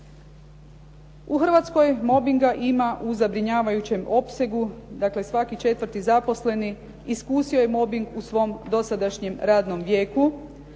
U Hrvatskoj mobinga ima u zabrinjavajućem opsegu, dakle, svaki četvrti zaposleni iskusio je mobing u svom dosadašnjem radnom vijeku.